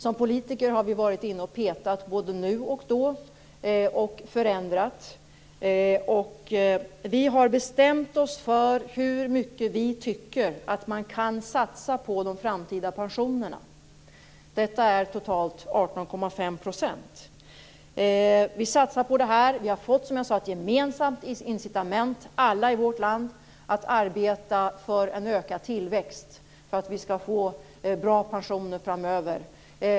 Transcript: Vi politiker har petat både nu och då och förändrat. Vi har bestämt oss för hur mycket vi tycker att man kan satsa på de framtida pensionerna. Vi satsar på detta. Vi har alla i vårt land fått ett gemensamt incitament att arbeta för en ökad tillväxt för att få bra pensioner framöver.